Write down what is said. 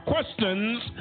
questions